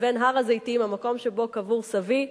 לבין הר-הזיתים, המקום שבו קבור סבי,